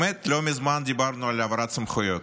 באמת לא מזמן דיברנו על העברת סמכויות.